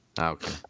Okay